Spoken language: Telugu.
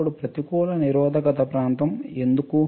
ఇప్పుడు ప్రతికూల నిరోధక ప్రాంతం ఎందుకు